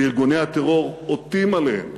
וארגוני הטרור עוטים עליהם